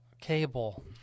cable